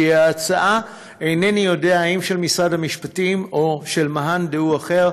כי ההצעה אינני יודע אם של משרד המשפטים או של מאן דהוא אחר,